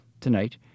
Tonight